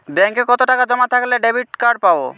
ব্যাঙ্কে কতটাকা জমা থাকলে ডেবিটকার্ড পাব?